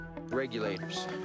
Regulators